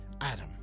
Adam